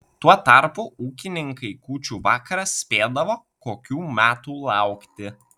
tuo tarpu ūkininkai kūčių vakarą spėdavo kokių metų laukti